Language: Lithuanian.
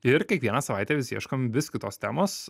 ir kiekvieną savaitę vis ieškom vis kitos temos